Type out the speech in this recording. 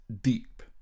deep